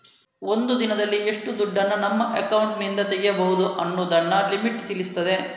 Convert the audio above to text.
ಒಂದು ದಿನದಲ್ಲಿ ಎಷ್ಟು ದುಡ್ಡನ್ನ ನಮ್ಮ ಅಕೌಂಟಿನಿಂದ ತೆಗೀಬಹುದು ಅನ್ನುದನ್ನ ಲಿಮಿಟ್ ತಿಳಿಸ್ತದೆ